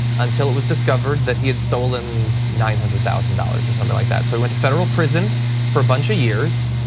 until it was discovered that he had stolen nine hundred thousand dollars or something like that. so he went to federal prison for a bunch of years.